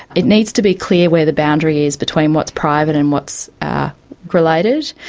it needs to be clear where the boundary is between what's private and what's related,